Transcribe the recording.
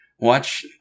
Watch